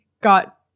got